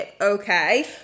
Okay